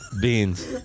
Beans